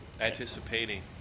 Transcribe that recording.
anticipating